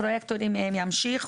הפרויקטורים ימשיכו.